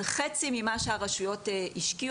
זה חצי ממה שהרשויות השקיעו,